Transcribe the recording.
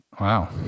wow